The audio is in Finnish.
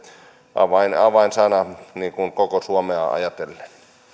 avainsana avainsana koko suomea ajatellen